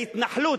ההתנחלות,